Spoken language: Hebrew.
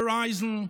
On the Horizon,